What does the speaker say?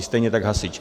Stejně tak hasič.